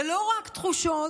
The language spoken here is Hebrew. ולא רק תחושות,